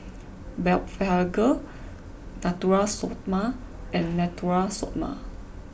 Blephagel Natura Stoma and Natura Stoma